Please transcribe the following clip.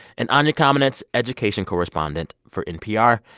and anya kamenetz, education correspondent for npr.